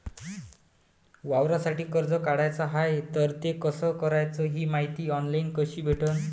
वावरासाठी कर्ज काढाचं हाय तर ते कस कराच ही मायती ऑनलाईन कसी भेटन?